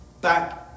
back